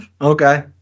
Okay